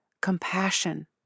compassion